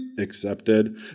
accepted